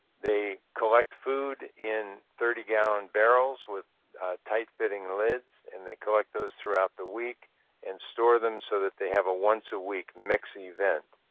they collect food in thirty gallon barrels with tight-fitting lids. and they collect those throughout the week and store them so that they have a once-a-week mix event.